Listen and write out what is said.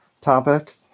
topic